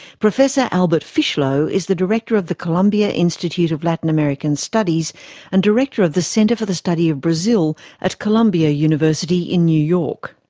professor albert fishlow is the director of the columbia institute of latin american studies and director of the center for the study of brazil at columbia university in new york.